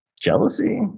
Jealousy